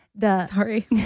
Sorry